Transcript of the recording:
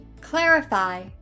Clarify